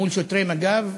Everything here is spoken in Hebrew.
מול שוטרי מג"ב,